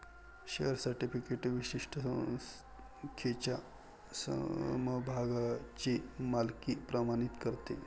share certificate विशिष्ट संख्येच्या समभागांची मालकी प्रमाणित करते